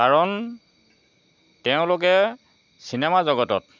কাৰণ তেওঁলোকে চিনেমা জগতত